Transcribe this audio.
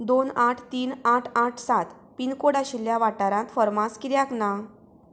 दोन आठ तीन आठ आठ सात पिनकोड आशिल्ल्या वाठारांत फार्मास किद्याक ना